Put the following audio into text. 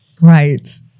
Right